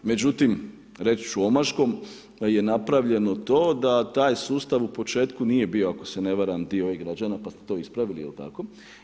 Međutim, reći ću omaškom da je napraveljno to da taj sustav u početku nije bio ako se ne varam dio e-građana pa ste to ispravili je li tako?